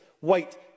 white